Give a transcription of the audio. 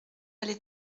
allée